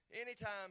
Anytime